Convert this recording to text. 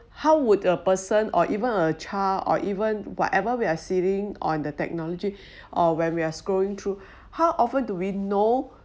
so how would a person or even a child or even whatever we are sitting on the technology or when we are going through how often do we know